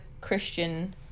Christian